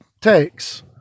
takes